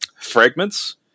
fragments